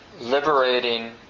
liberating